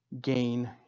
gain